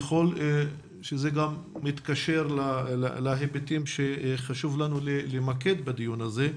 ככל שזה גם מתקשר להיבטים שחשוב לנו למקד בדיון הזה,